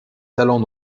salons